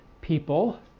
people